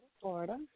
Florida